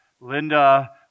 Linda